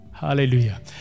Hallelujah